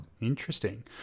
Interesting